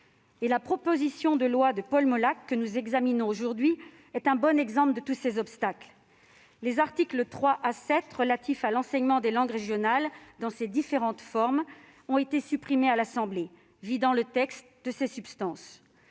La proposition de loi de Paul Molac, que nous examinons aujourd'hui, est un bon exemple de tous ces obstacles. Les articles 3 à 7, relatifs à l'enseignement des langues régionales dans ses différentes formes, ont été supprimés à l'Assemblée nationale, vidant le texte de sa substance.